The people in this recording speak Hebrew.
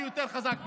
אני יותר חזק מכם,